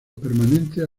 permanentes